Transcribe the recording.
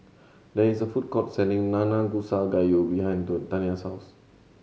there is a food court selling Nanakusa Gayu behind Taniyah's house